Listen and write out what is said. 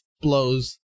blows